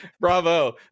Bravo